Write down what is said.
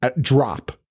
drop